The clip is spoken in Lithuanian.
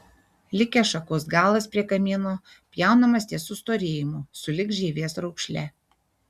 likęs šakos galas prie kamieno pjaunamas ties sustorėjimu sulig žievės raukšle